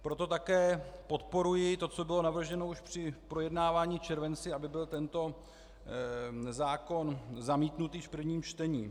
Proto také podporuji to, co bylo navrženo už při projednávání v červenci, aby byl tento zákon zamítnut v prvním čtení.